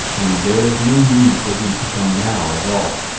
and there is no need for thee to come now at all.